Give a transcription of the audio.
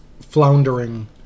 floundering